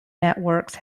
networks